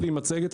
בואו נחלק את זה.